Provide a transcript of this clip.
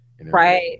Right